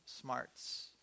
smarts